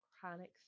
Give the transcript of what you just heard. chronic